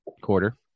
quarter